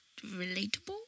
relatable